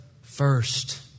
first